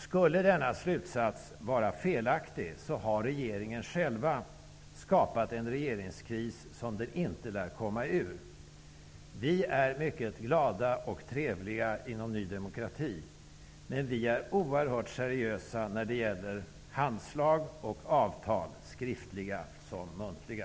Skulle denna slutsats vara felaktig har regeringen själv skapat en regeringskris som den inte lär komma ur. Vi i Ny demokrati är mycket glada och trevliga, men vi är oerhört seriösa när det gäller handslag och avtal -- såväl skriftliga som muntliga.